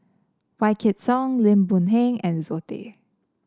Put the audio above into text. Wykidd Song Lim Boon Heng and Zoe Tay